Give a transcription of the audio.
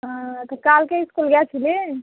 হ্যাঁ তো কালকে স্কুল গিয়েছিলি